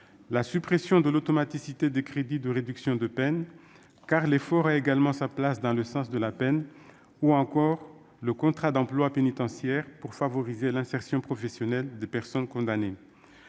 la suppression de l'automaticité des crédits de réduction de peine, car l'effort a également sa place dans le sens de la peine ; enfin, le contrat d'emploi pénitentiaire, qui vise à favoriser l'insertion professionnelle des personnes condamnées.